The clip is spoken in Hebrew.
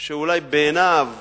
שאולי בעיניו